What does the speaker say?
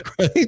right